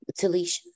Talisha